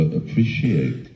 appreciate